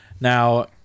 Now